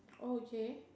oh okay